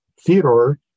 Theodore